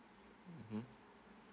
mmhmm